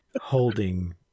holding